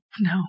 no